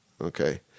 Okay